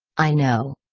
i know.